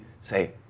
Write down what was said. say